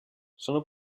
sono